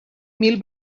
mil